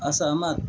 असहमत